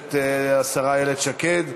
הכנסת השרה איילת שקד.